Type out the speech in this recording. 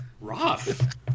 rough